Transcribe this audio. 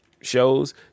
shows